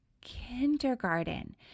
Kindergarten